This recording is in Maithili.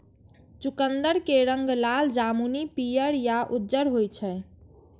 चुकंदर के रंग लाल, जामुनी, पीयर या उज्जर होइ छै